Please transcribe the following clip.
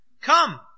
Come